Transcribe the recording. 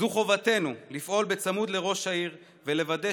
זו חובתנו לפעול צמוד לראש העיר ולוודא